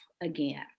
again